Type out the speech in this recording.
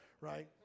right